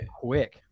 quick